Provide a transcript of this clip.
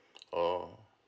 oh okay